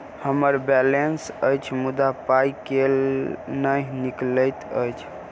हम्मर बैलेंस अछि मुदा पाई केल नहि निकलैत अछि?